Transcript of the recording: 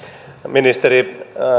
ministeri